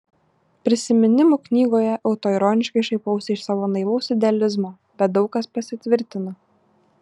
prisiminimų knygoje autoironiškai šaipausi iš savo naivaus idealizmo bet daug kas pasitvirtino